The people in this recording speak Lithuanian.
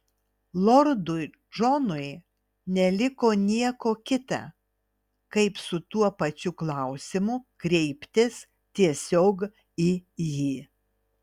lordui džonui neliko nieko kita kaip su tuo pačiu klausimu kreiptis tiesiog į jį